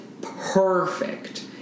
perfect